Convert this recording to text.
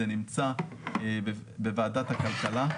זה נמצא בוועדת הכלכלה.